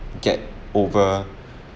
get over